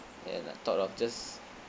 and I thought of just